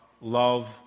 love